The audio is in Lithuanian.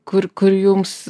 kur kur jums